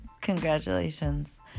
Congratulations